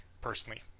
personally